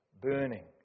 burning